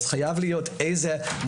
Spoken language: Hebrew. חייב להיות מוקד.